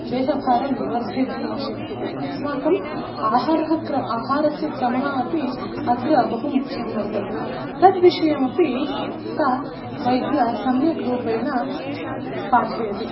देहभारं वर्धयितुं न शक्यते अस्माकम् आहारः क्रम आहारस्य क्रमः अपि अत्र बहु मुख्यं वर्तते तद्विषयमपि सा वैद्या सम्यक् रूपेण पाठयति